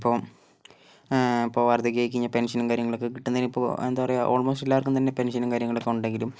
ഇപ്പോൾ ഇപ്പൊൾ വാർദ്ധക്യം ആയി കഴിഞ്ഞാൽ പെൻഷനും കാര്യങ്ങളക്കെ കിട്ടുന്നതിന് ഇപ്പോൾ എന്താ പറയുക ഓൾമോസ്റ്റ് എല്ലാർക്കും തന്നെ പെൻഷനും കാര്യങ്ങളക്കെ ഉണ്ടെങ്കിലും